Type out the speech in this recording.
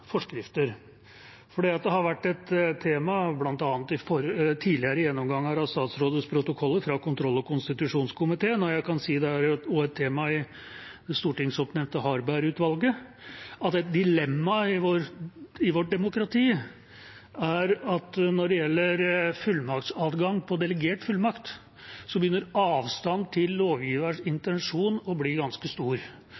forskrifter, for det har vært et tema bl.a. i tidligere gjennomganger av statsrådets protokoller fra kontroll- og konstitusjonskomiteen, og jeg kan si at det også er et tema i det stortingsoppnevnte Harberg-utvalget: Det er et dilemma i vårt demokrati at når det gjelder fullmaktsadgang på delegert fullmakt, begynner avstanden til lovgivers